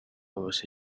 was